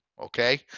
okay